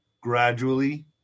gradually